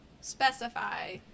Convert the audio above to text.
specify